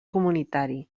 comunitari